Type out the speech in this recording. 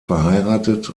verheiratet